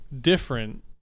different